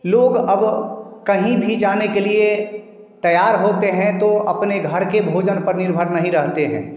लोग अब कहीं भी जाने के लिए तैयार होते हैं तो अपने घर के भोजन पर निर्भर नहीं रहते हैं